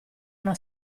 una